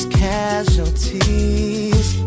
casualties